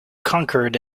conquered